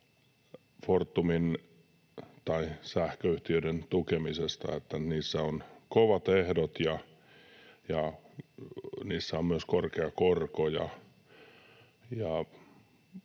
Fortumin, tai sähköyhtiöiden, tukemisesta, että niissä on kovat ehdot ja niissä on myös korkea korko.